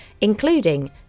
including